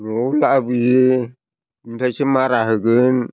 न'आव लाबोयो ओमफ्रायसो मारा होगोन